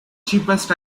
cheapest